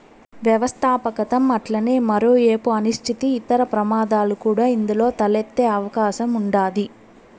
వ్యవస్థాపకతం అట్లనే మరో ఏపు అనిశ్చితి, ఇతర ప్రమాదాలు కూడా ఇందులో తలెత్తే అవకాశం ఉండాది